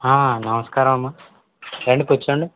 నమస్కారం అమ్మ రండి కూర్చోండి